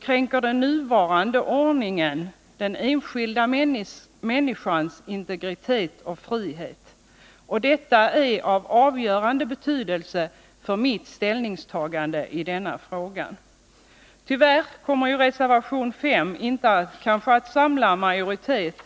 kränker den nuvarande ordningen den enskilda människans integritet och frihet. Detta är av avgörande betydelse för mitt ställningstagande i frågan. Tyvärr kommer reservation nr 5 inte att samla majoritet,